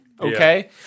Okay